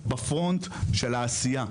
בפרונט של העשייה.